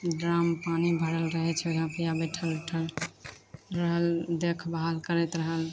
ड्राममे पानि भरल रहैत छै वहाँ पर बैठल उठल रहल देखभाल करैत रहल